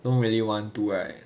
don't really want to right